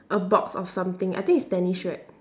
a box of something I think it's tennis racket